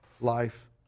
life